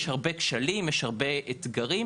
יש הרבה כשלים, יש הרבה אתגרים.